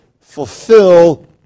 Fulfill